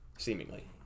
Seemingly